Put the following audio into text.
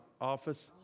office